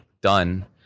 done